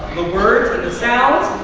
the words and the sounds,